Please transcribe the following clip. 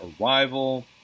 Arrival